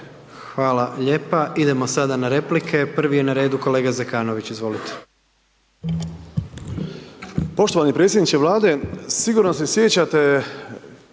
Hvala lijepo. Idemo sada na replike, prvi je na redu kolega Zekanović, izvolite.